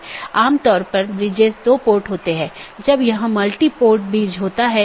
BGP सत्र की एक अवधारणा है कि एक TCP सत्र जो 2 BGP पड़ोसियों को जोड़ता है